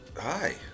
Hi